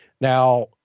Now